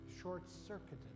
short-circuited